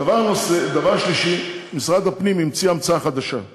תוך שימוש באמצעים